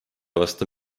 vastu